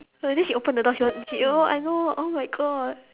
I think she open the door she want oh !aiyo! oh my god